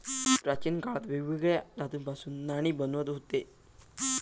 प्राचीन काळात वेगवेगळ्या धातूंपासना नाणी बनवत हुते